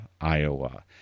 Iowa